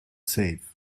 safe